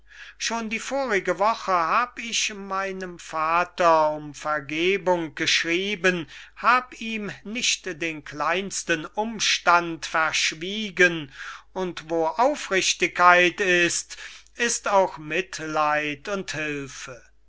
schon die vorige woche hab ich meinem vater um vergebung geschrieben hab ihm nicht den kleinsten umstand verschwiegen und wo aufrichtigkeit ist ist auch mitleid und hilfe